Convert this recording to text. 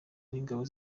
n’ingabo